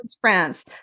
France